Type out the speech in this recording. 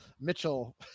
Mitchell